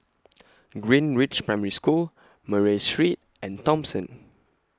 Greenridge Primary School Murray Street and Thomson